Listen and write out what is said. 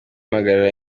impagarara